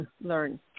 learn